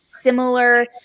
similar